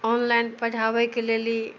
online पढ़ाबयके लेल ई